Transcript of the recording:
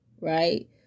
right